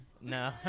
No